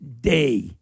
day